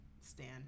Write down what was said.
stand